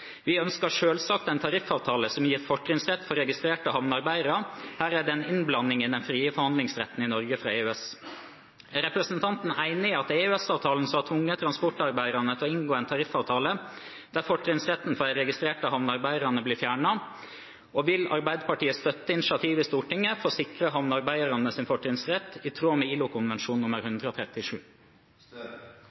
Vi ønsker selvfølgelig en tariffavtale som gir fortrinnsrett for registrerte havnearbeidere. Her er det en innblanding i den frie forhandlingsretten i Norge fra EØS.» Er representanten enig i at det er EØS-avtalen som har tvunget transportarbeiderne til å inngå en tariffavtale der fortrinnsretten for de registrerte havnearbeiderne blir fjernet, og vil Arbeiderpartiet støtte initiativet i Stortinget for å sikre havnearbeidernes fortrinnsrett, i tråd med ILO-konvensjon nr. 137?